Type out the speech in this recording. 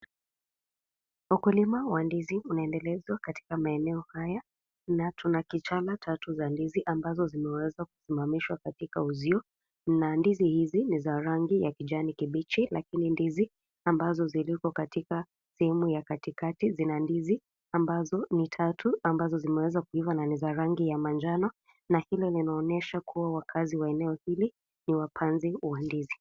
Ukulima wa ndizi unaendelezwa katika maeneo haya tuna kitana tatu landizi zilizo weza kisimsmishwa katika Union na ndizi hizo no za rangi kijani kibichi lakoni ndizi zilozo katika ya katikati zina ni tatu ambazo zimeweza kuiva amazon ni za rangi ya manjano na hili lonaonyesha kuwa wakazi wa eneo hili ni wapanzi wa ndizi.